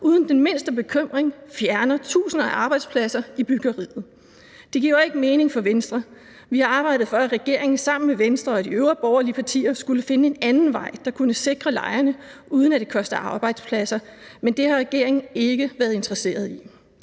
uden den mindste bekymring fjerner tusinder af arbejdspladser i byggeriet. Det giver jo ikke mening for Venstre. Vi har arbejdet for, at regeringen sammen med Venstre og de øvrige borgerlige partier skulle finde en anden vej, der kunne sikre lejerne, uden at det koster arbejdspladser, men det har regeringen ikke været interesseret i.